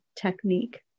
technique